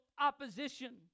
opposition